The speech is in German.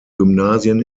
gymnasien